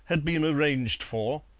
had been arranged for,